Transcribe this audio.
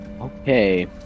Okay